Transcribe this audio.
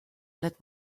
let